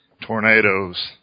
tornadoes